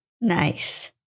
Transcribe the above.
Nice